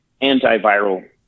antiviral